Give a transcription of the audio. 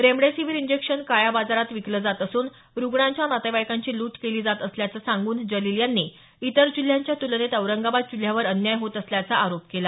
remdesivir injection काळ्या बाजारात विकलं जात असून रुग्णांच्या नातेवाईकांची लूट केली जात असल्याचं सांगून जलिल यांनी इतर जिल्ह्यांच्या तुलनेत औरंगाबाद जिल्ह्यावर अन्याय होत असल्याचा आरोप केला